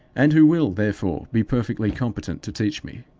and who will, therefore, be perfectly competent to teach me.